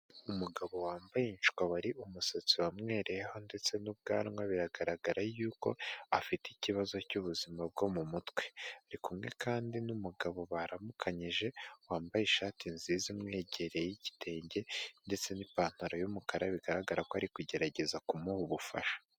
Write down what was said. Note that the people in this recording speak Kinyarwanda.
Umugabo wambaye incwabari umusatsi wamwereyeho ndetse n'ubwanwa biragaragara yuko afite ikibazo cy'ubuzima bwo mu mutwe ari kumwe kandi n'umugabo baramukanyije wambaye ishati nziza imwegereye y'igitenge ndetse n'ipantaro y'umukara bigaragara ko ari kugerageza kumuha ubufasha.